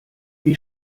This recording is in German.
wie